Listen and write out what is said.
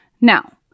Now